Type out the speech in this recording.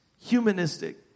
humanistic